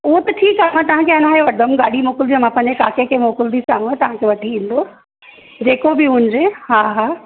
उहो त ठीकु आहे मां तव्हांखे आणाए वठंदमि गाॾी मोकिलींदमि मां पंहिंजे काके के मोकिलींदीसांव तव्हांखे वठी ईंदो जेको बि हुजे हा हा